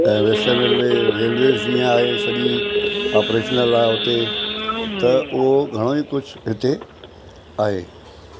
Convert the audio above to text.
ऐं western railway railways जीअं आहे सॼी ऑप्रेशनल आहे हुते त उहो घणोई कुझु हिते आहे